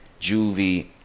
Juvie